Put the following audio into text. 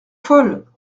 folle